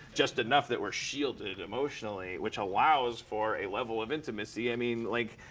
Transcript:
just enough that we're shielded, emotionally. which allows for a level of intimacy. i mean, like,